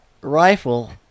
rifle